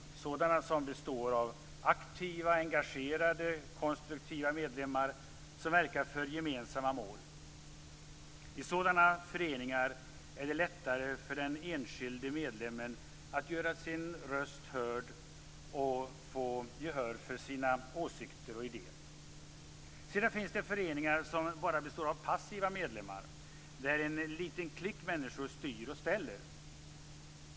Det finns sådana som består av aktiva, engagerade, konstruktiva medlemmar som verkar för gemensamma mål. I sådana föreningar är det lättare för den enskilde medlemmen att göra sin röst hörd och få gehör för sina åsikter och idéer. Sedan finns det föreningar som bara består av passiva medlemmar, där en liten klick människor styr och ställer.